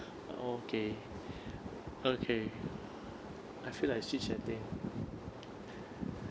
okay okay I feel like chit-chatting